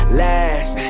last